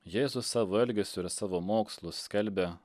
jėzus savo elgesiu ir savo mokslu skelbia